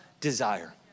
desire